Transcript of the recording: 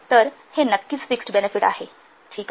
तर हे नक्कीच फिक्स्ड बेनेफिट आहे ठीक आहे